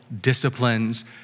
disciplines